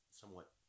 somewhat